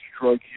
drug